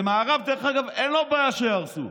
במערב, דרך אגב, אין לו בעיה שיהרסו,